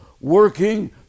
working